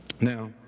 Now